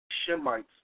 Shemites